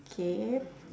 K